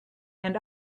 and